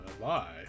Bye